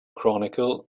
chronicle